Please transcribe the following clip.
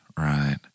Right